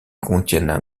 contiennent